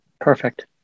Perfect